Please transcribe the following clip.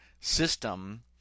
system